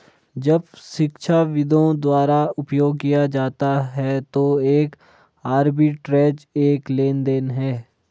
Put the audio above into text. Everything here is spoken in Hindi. जब शिक्षाविदों द्वारा उपयोग किया जाता है तो एक आर्बिट्रेज एक लेनदेन है